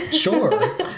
Sure